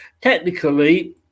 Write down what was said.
technically